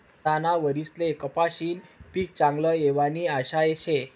यंदाना वरीसले कपाशीनं पीक चांगलं येवानी आशा शे